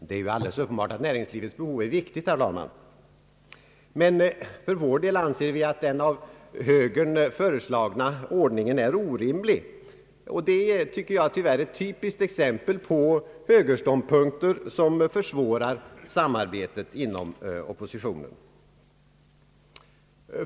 Det är alldeles uppenbart att näringslivets behov är viktigt, herr talman, men för vår del anser vi att den av högern föreslagna ordningen är orimlig. Jag tycker att det tyvärr är ett typiskt exempel på högerståndpunkter, som försvårar samarbetet inom oppositionen.